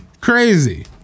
Crazy